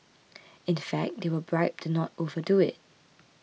in fact they were bribed to not over do it